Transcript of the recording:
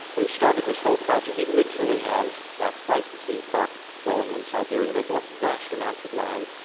who started this whole project, he literally has got pleistocene park going in siberia. they bought vast amounts of land,